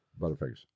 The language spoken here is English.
butterfingers